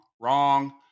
wrong